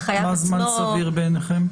מה זמן סביר בעיניכם?